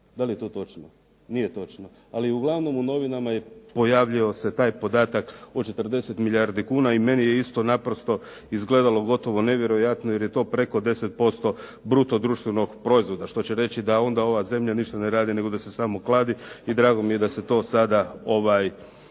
Da li je to točno? Nije točno? Ali uglavnom, u novinama je pojavio se taj podatak od 40 milijardi kuna i meni je isto naprosto izgledalo gotovo nevjerojatno jer je to preko 10% bruto društvenog proizvoda, što će reći da onda ova zemlja ništa ne radi, nego da se samo kladi i drago mi je da se to sada